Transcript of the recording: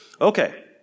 okay